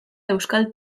euskal